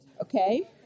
Okay